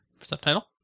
Subtitle